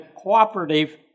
cooperative